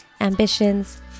ambitions